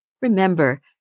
remember